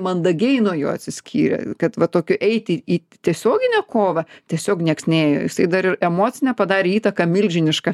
mandagiai nuo jo atsiskyrė kad va tokiu eiti į tiesioginę kovą tiesiog nieks nėjo jisai dar ir emocinę padarė įtaką milžinišką